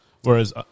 Whereas